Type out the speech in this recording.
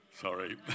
Sorry